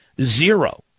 Zero